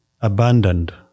abandoned